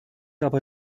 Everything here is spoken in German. aber